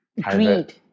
Greed